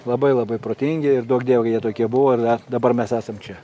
labai labai protingi ir duok dieve jeigu jie tokie buvo ir dabar mes esam čia